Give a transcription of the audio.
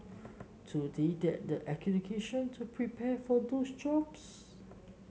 do they get the education to prepare for those jobs